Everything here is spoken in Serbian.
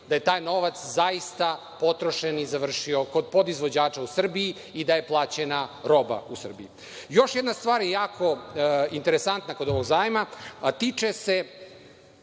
da je taj novac zaista potrošen i završio kod podizvođača u Srbiji i da je plaćena roba u Srbiji. Još jedna stvar je jako interesantna kod ovog zajma, a tiče se